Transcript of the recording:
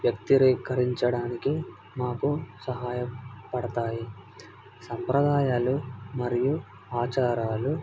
వ్యక్తిరీకరించడానికి మాకు సహాయపడతాయి సంప్రదాయాలు మరియు ఆచారాలు